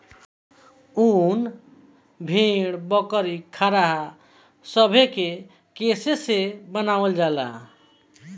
उन भेड़, बकरी, खरहा सभे के केश से बनावल जाला